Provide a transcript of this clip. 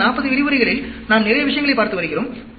கடந்த 40 விரிவுரைகளில் நாம் நிறைய விஷயங்களைப் பார்த்து வருகிறோம்